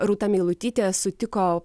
rūta meilutytė sutiko